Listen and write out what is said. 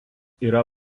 yra